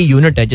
unit